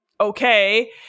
okay